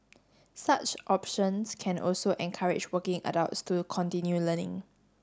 such options can also encourage working adults to continue learning